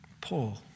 Paul